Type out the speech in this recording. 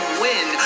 win